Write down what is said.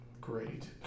great